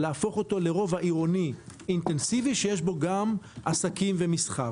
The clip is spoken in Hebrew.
להפוך אותו לרובע עירוני אינטנסיבי שיש בו גם עסקים ומסחר.